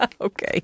Okay